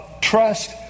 trust